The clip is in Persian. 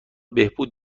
بهبود